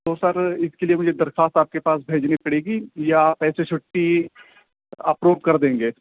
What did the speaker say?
تو سر اس کے لیے مجھے درخواست مجھے آپ کے پاس بھیجنی پڑے گی یا آپ ایسے چھٹّی اپروب کر دیں گے